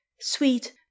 sweet